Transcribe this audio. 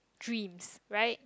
dreams right